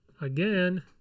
Again